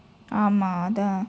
ஆமாம் அதான்:aamaam athaan